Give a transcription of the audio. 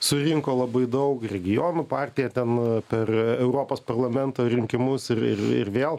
surinko labai daug regionų partija ten per europos parlamento rinkimus ir ir vėl